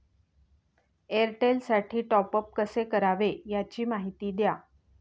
एअरटेलसाठी टॉपअप कसे करावे? याची माहिती द्या